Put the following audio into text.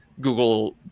Google